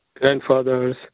grandfathers